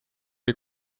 les